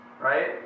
right